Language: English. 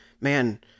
man